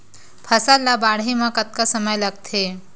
फसल ला बाढ़े मा कतना समय लगथे?